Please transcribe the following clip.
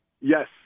Yes